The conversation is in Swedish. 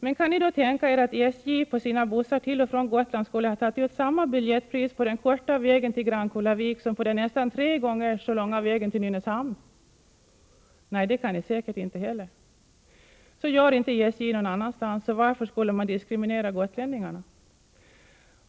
Men kan ni då tänka er att SJ på sina bussar till och från Gotland skulle ha tagit ut samma biljettpris på den korta vägen till Grankullavik, som på den nästan tre gånger så långa vägen till Nynäshamn? Nej, det kan ni säkert inte heller. Så gör inte SJ någon annanstans, så varför skulle man diskriminera gotlänningarna.